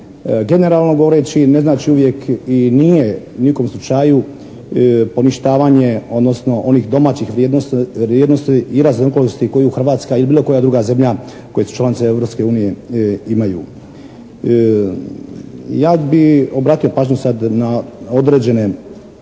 generalno govoreći ne znači uvijek i nije ni u kom slučaju poništavanje odnosno onih domaćih vrijednosti i raznolikosti koje Hrvatska ili bilo koja druga zemlja koje su članice Europske unije imaju. Ja bih obratio pažnju sad na određene